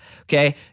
okay